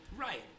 Right